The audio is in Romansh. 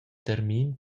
termin